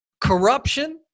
corruption